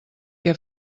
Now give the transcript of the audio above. què